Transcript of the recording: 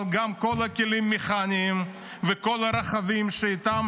אבל גם כל הכלים המכניים וכל הרכבים שאיתם